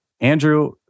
Andrew